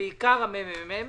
בעיקר ה-ממ"מ.